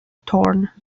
thorne